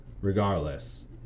regardless